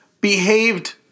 behaved